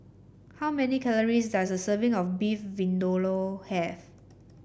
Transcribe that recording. how many calories does a serving of Beef Vindaloo have